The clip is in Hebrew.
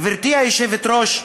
גברתי היושבת-ראש,